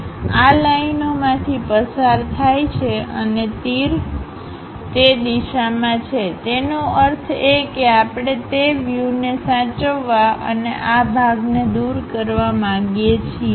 આ લાઇનઓમાંથી પસાર થાય છે અને તીર તે દીશામાં છેતેનો અર્થ એ કે આપણે તે વ્યુને સાચવવા અને આ ભાગને દૂર કરવા માગીએ છીએ